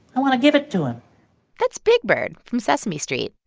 i want to give it to him that's big bird from sesame street,